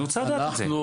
אני רוצה לדעת את זה.